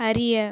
அறிய